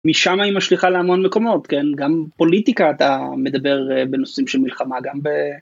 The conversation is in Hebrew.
משם היא משליכה להמון מקומות כן גם פוליטיקה אתה מדבר בנושאים של מלחמה גם.